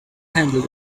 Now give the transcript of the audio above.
handled